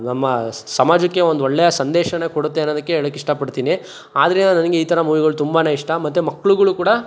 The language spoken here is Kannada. ನಮ್ಮ ಸಮಾಜಕ್ಕೆ ಒಂದು ಒಳ್ಳೆಯ ಸಂದೇಶನೆ ಕೊಡುತ್ತೆ ಅನ್ನೋದಕ್ಕೆ ಹೇಳೋಕ್ಕೆ ಇಷ್ಟಪಡ್ತೀನಿ ಆದ್ರಿಂದ ನನಗೆ ಈ ಥರ ಮೂವಿಗಳು ತುಂಬನೇ ಇಷ್ಟ ಮತ್ತೆ ಮಕ್ಳುಗಳು ಕೂಡ